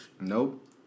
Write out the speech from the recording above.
Nope